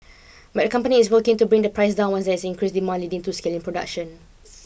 but the company is working to bring the price down once there is increased demand leading to scale in production